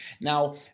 Now